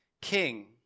king